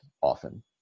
often